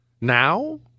Now